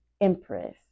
empress